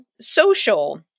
social